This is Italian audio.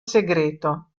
segreto